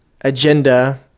agenda –